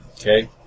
Okay